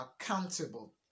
accountable